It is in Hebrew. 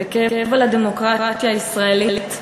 בכאב על הדמוקרטיה הישראלית,